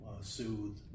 soothe